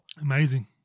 Amazing